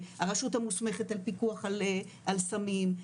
הרשות המוסמכת לפיקוח על סמים,